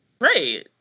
Right